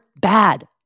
bad